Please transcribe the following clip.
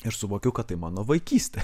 ir suvokiu kad tai mano vaikystė